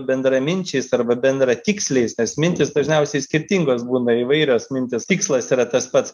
bendraminčiais arba bendra tiksliais nes mintys dažniausiai skirtingos būna įvairios mintys tikslas yra tas pats